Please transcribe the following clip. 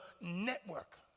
network